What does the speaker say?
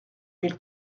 mille